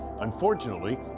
Unfortunately